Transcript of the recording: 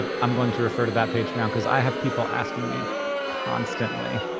i'm going to refer to that page now because i have people asking me constantly.